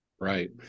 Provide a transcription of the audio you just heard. Right